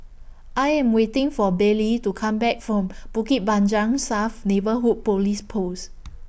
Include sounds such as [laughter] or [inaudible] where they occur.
I Am waiting For Baylie to Come Back from [noise] Bukit Panjang South Neighbourhood Police Post